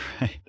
right